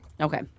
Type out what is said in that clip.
Okay